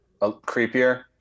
creepier